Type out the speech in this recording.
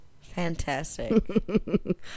Fantastic